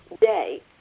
day